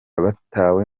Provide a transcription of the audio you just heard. batawe